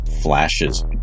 flashes